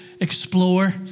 explore